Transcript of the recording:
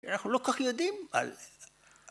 ‫אנחנו לא כל כך יודעים על...